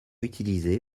utilisé